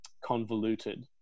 convoluted